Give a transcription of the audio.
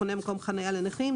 החונהד במקום חניה לנכים.